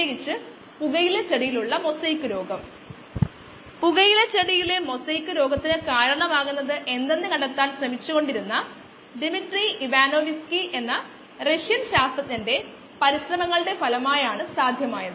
YxSamountofcellsproducedamountofsubstrateconsumedx x0S0 S സാന്ദ്രത unit volume അനുസരിച്ച് ഒരു തുകയാണ് കാരണം നമ്മൾ ഒന്നിനെ മറ്റൊന്നായി വിഭജിക്കുകയും വോളിയം ഒന്നുതന്നെയാകുകയും ചെയ്യുന്നതിനാൽ നമുക്ക് വോള്യങ്ങൾ റദ്ദാക്കാൻ കഴിയും